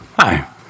Hi